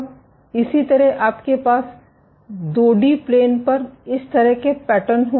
इसी तरह आपके पास 2 डी प्लेन पर इस तरह के पैटर्न होंगे